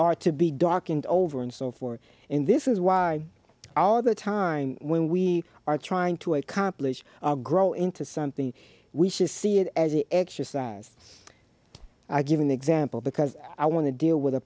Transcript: are to be darkened over and so forth in this is why all the time when we are trying to accomplish grow into something we should see it as an exercise i give an example because i want to deal with a